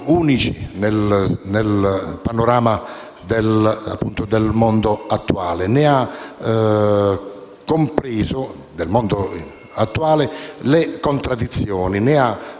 unici nel panorama del mondo attuale, di cui egli ha compreso le contraddizioni e